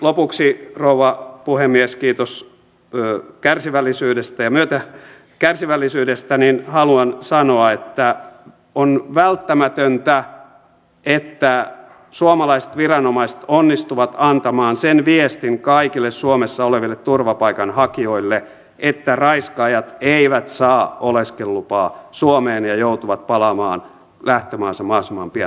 lopuksi rouva puhemies kiitos kärsivällisyydestä haluan sanoa että on välttämätöntä että suomalaiset viranomaiset onnistuvat antamaan sen viestin kaikille suomessa oleville turvapaikanhakijoille että raiskaajat eivät saa oleskelulupaa suomeen ja joutuvat palaamaan lähtömaahansa mahdollisimman pian